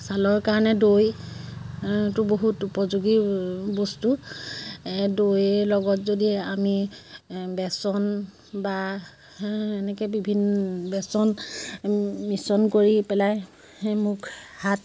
ছালৰ কাৰণে দৈটো বহুত উপযোগী বস্তু দৈৰ লগত যদি আমি বেচন বা এনেকে বিভিন্ন বেচন মিশ্ৰণ কৰি পেলাই মুখ হাত